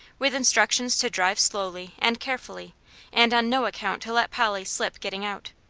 with instructions to drive slowly and carefully and on no account to let polly slip getting out.